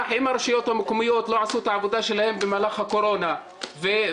אם הרשויות המקומיות לא עשו את העבודה שלהן במהלך הקורונה ופספסו,